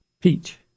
Peach